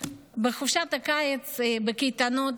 בחופשת הקיץ, בקייטנות,